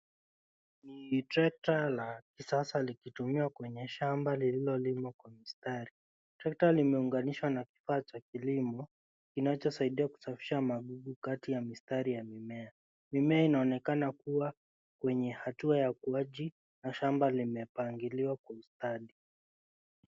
Ni trekta la kisasa likitumiwa kuonyesha shamba lililo limwa kwa mistari. Trekta limeunganishwa na kifaa cha kilimo kinachosaidia kusafisha madudu kati ya mistari ya mimea. Mimea inaonekana kuwa kwenye hatua ya ukuaji na shamba limepangiliwa kwa ustadi.